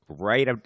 Right